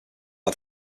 had